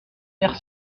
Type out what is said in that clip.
pair